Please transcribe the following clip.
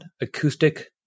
acoustic